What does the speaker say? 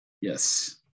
Yes